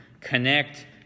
connect